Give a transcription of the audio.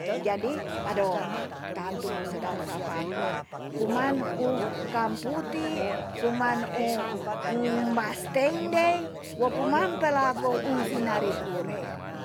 Jadi ado tantu mo sedap sapakuan. kuman u kan putik, kuman mas teindei, wo kumampela ko un senari kure.